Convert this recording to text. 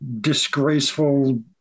disgraceful